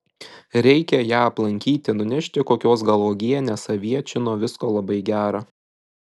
reikia ją aplankyti nunešti kokios gal uogienės aviečių nuo visko labai gera